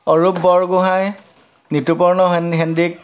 অৰূপ বৰগোঁহাই নিতুপৰ্ণ হন সন্দিকৈ